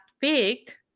picked